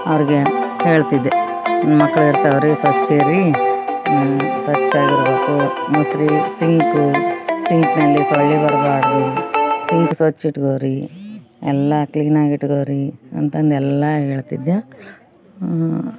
ಅವ್ರಿಗೆ ಹೇಳ್ತಿದ್ದೆ ಮಕ್ಳು ಇರ್ತಾವ್ರಿ ಸ್ವಚ್ಛ ಇರಿ ಸ್ವಚ್ಛ ಆಗಿರಬೇಕು ಮುಸ್ರೆ ಸಿಂಕು ಸಿಂಕಿನಲ್ಲಿ ಸೊಳ್ಳೆ ಬರಬಾರ್ದು ಸಿಂಕ್ ಸ್ವಚ್ಛ ಇಟ್ಕೊಳ್ಳಿ ಎಲ್ಲ ಕ್ಲೀನಾಗಿ ಇಟ್ಕೊಳ್ಳಿ ಅಂತಂದು ಎಲ್ಲ ಹೇಳ್ತಿದ್ದೆ